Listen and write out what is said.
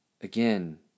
again